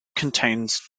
contains